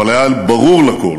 אבל היה ברור לכול